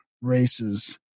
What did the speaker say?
races